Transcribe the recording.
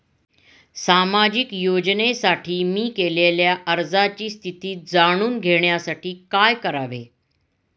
सामाजिक योजनेसाठी मी केलेल्या अर्जाची स्थिती जाणून घेण्यासाठी काय करावे?